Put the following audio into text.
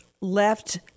left